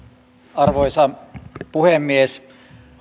arvoisa puhemies